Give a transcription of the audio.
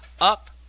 up